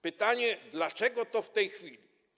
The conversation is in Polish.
Pytanie: dlaczego to w tej chwili?